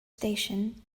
station